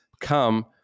come